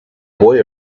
boy